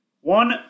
One